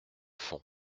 font